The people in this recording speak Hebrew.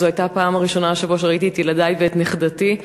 כי זו הייתה הפעם הראשונה השבוע שראיתי את ילדי ואת נכדתי,